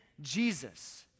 Jesus